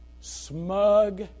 Smug